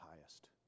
highest